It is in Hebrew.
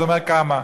אז הוא אומר: "כמה?"